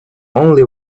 only